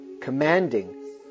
commanding